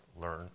learn